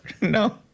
No